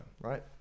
right